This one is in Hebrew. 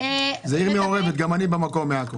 נוהל